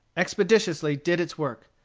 expeditiously did its work.